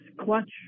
clutch